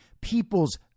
people's